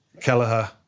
Kelleher